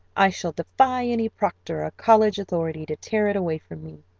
i shall defy any proctor or college authority to tear it away from me.